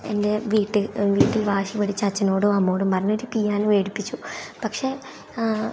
എൻ്റെ വീട്ടിൽ വീട്ടിൽ വാശി പിടിച്ച് അച്ഛനോടും അമ്മോടും പറഞ്ഞൊരു പിയാനോ വേടിപ്പിച്ചു പക്ഷേ